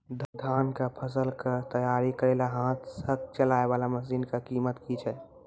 धान कऽ फसल कऽ तैयारी करेला हाथ सऽ चलाय वाला मसीन कऽ कीमत की छै?